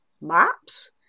maps